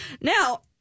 Now